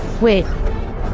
Wait